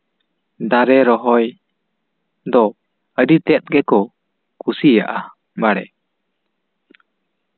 ᱫᱟᱨᱮ ᱨᱚᱦᱚᱭ ᱫᱚ ᱟᱹᱰᱤᱛᱮᱜ ᱜᱮᱠᱚ ᱠᱩᱥᱤᱭᱟᱜᱼᱟ ᱵᱟᱲᱮ